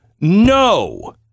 No